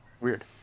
Weird